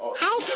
hello.